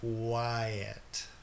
quiet